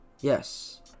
Yes